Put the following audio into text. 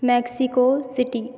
Mexico city